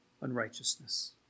unrighteousness